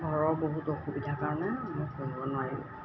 ঘৰৰ বহুত অসুবিধাৰ কাৰণে মই পঢ়িব নোৱাৰিলোঁ